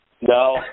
No